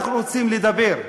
אנחנו רוצים לדבר.